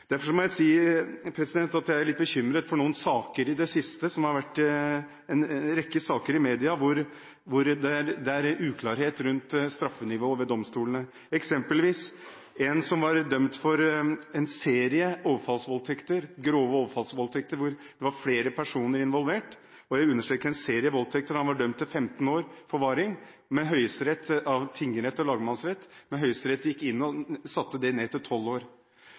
Derfor er jeg litt bekymret for en rekke saker i media i det siste, hvor det er uklarhet rundt straffenivået ved domstolene. Eksempelvis var en som var dømt for en serie grove overfallsvoldtekter, hvor det var flere personer involvert – og jeg understreker en serie voldtekter – dømt til 15 års forvaring av tingretten og lagmannsretten. Høyesterett gikk inn og satte den ned til 12 år.